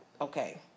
Okay